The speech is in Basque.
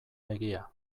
egia